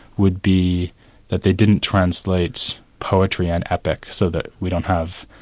would be that they didn't translate poetry and epic so that we don't have